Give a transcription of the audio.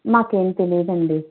మాకేం తెలీదండీ